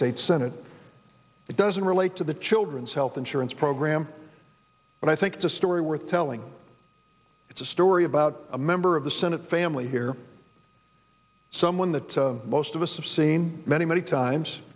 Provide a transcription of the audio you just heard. states senate it doesn't relate to the children's health insurance program but i think it's a story worth telling it's a story about a member of the senate family here someone that most of us have seen many many times